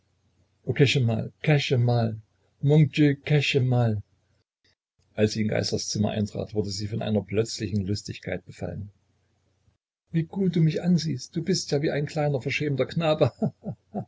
als sie in geißlers zimmer eintrat wurde sie von einer plötzlichen lustigkeit befallen wie gut du mich ansiehst du bist ja wie ein kleiner verschämter knabe